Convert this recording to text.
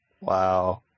Wow